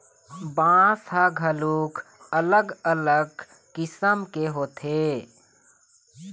बांस ह घलोक अलग अलग किसम के होथे